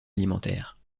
alimentaire